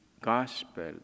gospel